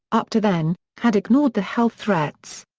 up to then had ignored the health threats.